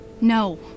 No